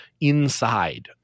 inside